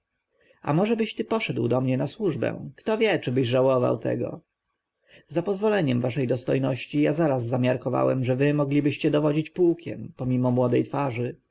możebyś ty poszedł do mnie w służbę kto wie czybyś żałował tego za pozwoleniem waszej dostojności ja zaraz zmiarkowałem że wy moglibyście dowodzić pułkiem pomimo młodej twarzy